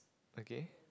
okay